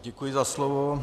Děkuji za slovo.